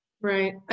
Right